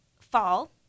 fall